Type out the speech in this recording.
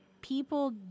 people